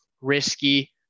risky